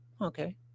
Okay